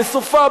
בסופה,